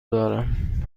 دارم